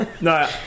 No